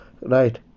Right